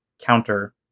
counter